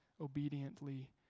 obediently